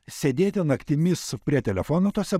sėdėti naktimis prie telefono tuose